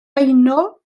beuno